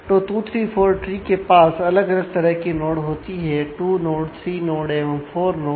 तो 2 3 4 ट्री के पास अलग अलग तरह की नोड होती है 2 नोड 3 नोड एवं 4 नोड